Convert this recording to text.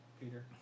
Peter